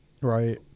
Right